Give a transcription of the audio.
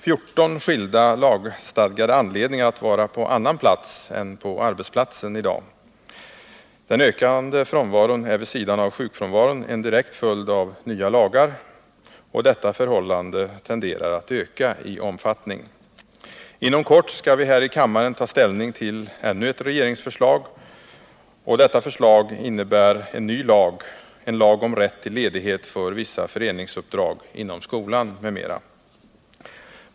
14 skilda lagstadgade anledningar att vara på annan plats än på arbetsplatsen. Den ökande frånvaron är vid sidan av sjukfrånvaron en direkt följd av nya lagar, och detta förhållande tenderar att öka i omfattning. Inom kort skall vi här i kammaren ta ställning till ett regeringsförslag till lag om rätt till ledighet för vissa föreningsuppdrag inom skolan m.m.